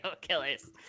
killers